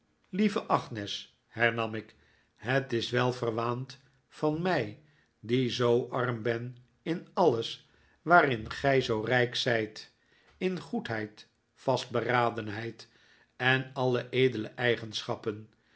lieve agnes hernam ik het is wel verwaand van mij die zoo arm ben in alles waarin gij zoo rijk zijt in goedheid vastberadenheid en alle edele eigenschappen